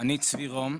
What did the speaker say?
אני צבי ראם,